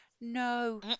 No